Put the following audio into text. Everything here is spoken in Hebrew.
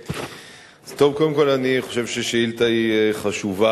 אז קודם כול, אני חושב שהשאילתא חשובה.